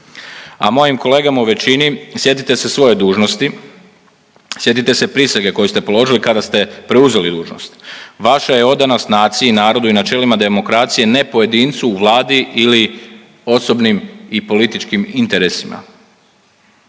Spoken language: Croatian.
A mojim kolegama u većini sjetite se svoje dužnosti, sjetite se prisege koju ste položili kada ste preuzeli dužnost. Vaša je odanost naciji, narodu i načelima demokracije ne pojedincu u Vladi ili osobnim i političkim interesima.